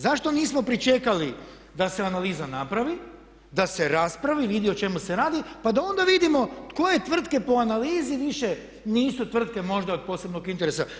Zašto nismo pričekali da se analiza napravi, da se raspravi, vidi o čemu se radi, pa da onda vidimo koje tvrtke po analizi više nisu tvrtke možda od posebno interesa.